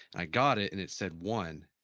i got it and it said one.